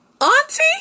auntie